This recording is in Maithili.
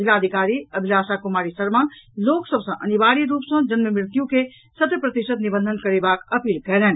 जिलाधिकारी अभिलाषा कुमारी शर्मा लोक सभ सॅ अनिवार्य रूप सॅ जन्म मृत्यु के शत प्रतिशत निबंधन करेबाक अपील कायलनि